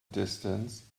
distance